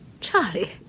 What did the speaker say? Charlie